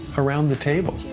around the table.